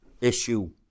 issue